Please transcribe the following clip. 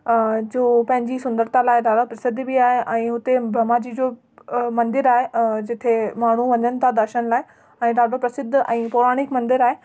जो पंहिंजी सुंदरता लाइ ॾाढा प्रसिद्ध बि आहे ऐं हुते ब्रह्मा जी जो मंदरु आहे जिथे माण्हू वञनि था दर्शन लाइ ऐं ॾाढो प्रसिद्ध ऐं पौराणिक मंदरु आहे